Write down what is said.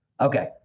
Okay